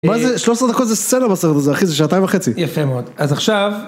13 דקות זה סלע בסרט הזה, אחי זה שעתיים וחצי. יפה מאוד, אז עכשיו...